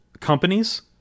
companies